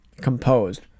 composed